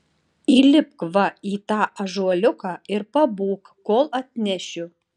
įlipk va į tą ąžuoliuką ir pabūk kol atnešiu